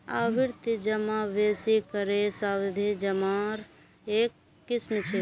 आवर्ती जमा बेसि करे सावधि जमार एक किस्म छ